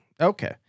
Okay